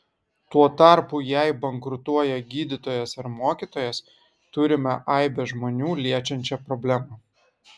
tuo tarpu jei bankrutuoja gydytojas ar mokytojas turime aibę žmonių liečiančią problemą